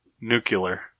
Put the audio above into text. Nuclear